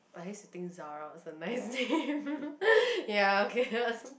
I used to think Zara was a nice name ya okay